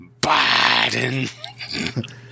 Biden